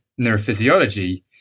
neurophysiology